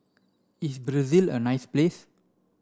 is Brazil a nice place